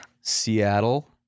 Seattle